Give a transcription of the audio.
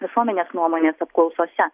visuomenės nuomonės apklausose